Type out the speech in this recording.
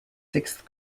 sixth